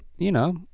you know,